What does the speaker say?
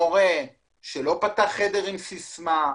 מורה שלא פתח חדר עם סיסמה.